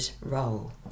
role